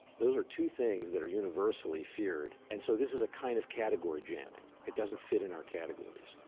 those are two things that are universally feared, and so this is a kind of category jamming. it doesn't fit in our categories.